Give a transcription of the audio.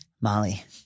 Molly